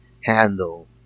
handle